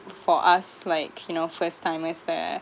for us like you know first time visitor